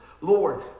Lord